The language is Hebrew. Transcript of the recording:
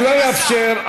רבותי, אני לא אאפשר הפרעה.